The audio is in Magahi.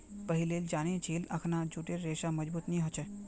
पहिलेल जानिह छिले अखना जूटेर रेशा मजबूत नी ह छेक